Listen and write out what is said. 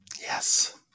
Yes